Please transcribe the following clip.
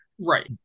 right